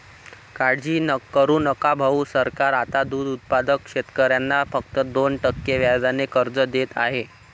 काळजी करू नका भाऊ, सरकार आता दूध उत्पादक शेतकऱ्यांना फक्त दोन टक्के व्याजाने कर्ज देत आहे